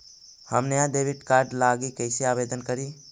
हम नया debit card लागी कईसे आवेदन करी?